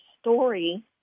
story